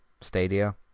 Stadia